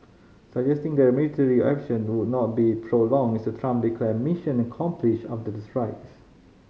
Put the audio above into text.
suggesting the military action would not be prolonged Mister Trump declared mission accomplished after the strikes